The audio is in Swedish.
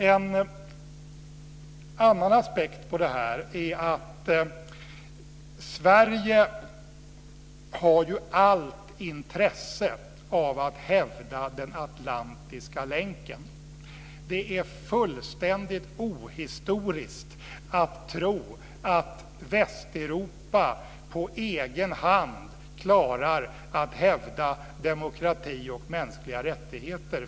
En annan aspekt på det här är att Sverige har allt intresse av att hävda den atlantiska länken. Det är fullständigt ohistoriskt att tro att Västeuropa på egen hand klarar att hävda demokrati och mänskliga rättigheter.